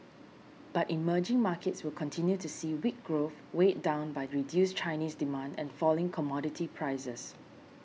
but emerging markets will continue to see weak growth weighed down by reduced Chinese demand and falling commodity prices